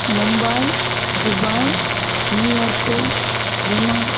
Mumbai Dubai New York Yemen